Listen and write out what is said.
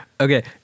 Okay